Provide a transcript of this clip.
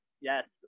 yes